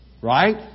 right